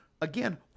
Again